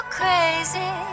crazy